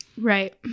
Right